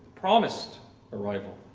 promised arrival.